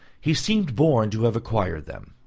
he seemed born to have acquired them.